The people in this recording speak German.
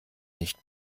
nicht